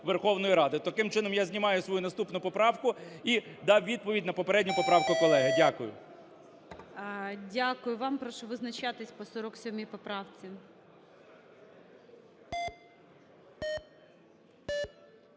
Таким чином я знімаю свою наступну поправку і дав відповідь на попередню поправку колеги. Дякую. ГОЛОВУЮЧИЙ. Дякую вам. Прошу визначатися по 47 поправці.